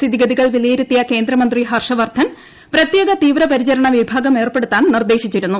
സ്ഥിതിഗതികൾ വിലയിരുത്തിയ കേന്ദ്രമന്ത്രി ഹർഷവർദ്ധൻ പ്രത്യേക തീവ്രപരിചരണ വിഭാഗം ഏർപ്പെടുത്താൻ നിർദ്ദേശിച്ചിരുന്നു